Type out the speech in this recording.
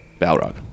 Balrog